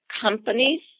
companies